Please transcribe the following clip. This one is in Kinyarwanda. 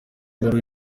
ibaruwa